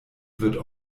wird